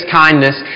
kindness